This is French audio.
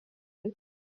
eux